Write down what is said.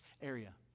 area